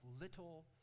little